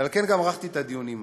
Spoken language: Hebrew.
ועל כן גם ערכתי את הדיונים האלה.